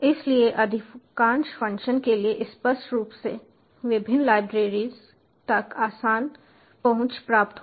इसलिए अधिकांश फंक्शंस के लिए स्पष्ट रूप से विभिन्न लाइब्रेरीज तक आसान पहुंच प्राप्त होगी